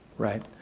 right,